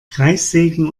kreissägen